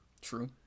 True